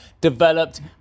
developed